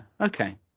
Okay